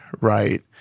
right